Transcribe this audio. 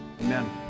Amen